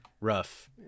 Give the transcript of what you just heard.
rough